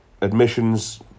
admissions